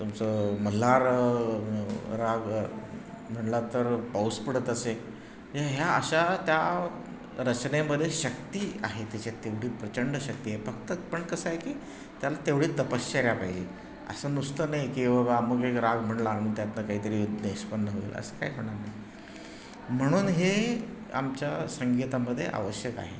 तुमचं मल्हार राग म्हटला तर पाऊस पडत असे या ह्या अशा त्या रचनेमध्ये शक्ती आहे त्याच्यात तेवढी प्रचंड शक्ती आहे फक्त पण कसं आहे की त्याला तेवढी तपश्चर्या पाहिजे असं नुसतं नाही की बाबा अमूक एक राग म्हटला म्हणून त्यातून काहीतरी निष्पन्न होईल असं काही होणार नाही म्हणून हे आमच्या संगीतामध्ये आवश्यक आहे